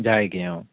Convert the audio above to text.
যায়কে অঁ